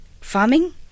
farming